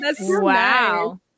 Wow